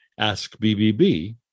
AskBBB